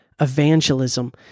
evangelism